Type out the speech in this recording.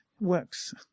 works